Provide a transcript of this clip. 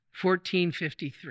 1453